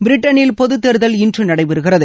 பிரிட்டனில் பொதுத் தேர்தல் இன்று நடைபெறுகிறது